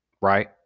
Right